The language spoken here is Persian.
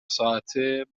ساعته